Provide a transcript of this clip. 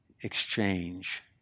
exchange